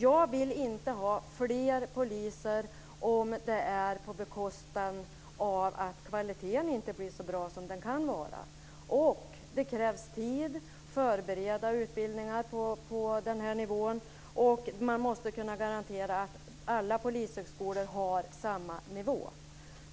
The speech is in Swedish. Jag vill inte ha fler poliser om det sker på bekostnad av att kvaliteten inte blir så bra som den kan vara. Det krävs tid att förbereda utbildningar på denna nivå, och man måste kunna garantera att alla polishögskolor håller samma nivå.